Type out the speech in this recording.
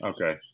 Okay